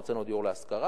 הוצאנו דיור להשכרה.